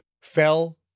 fell